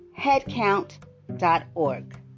headcount.org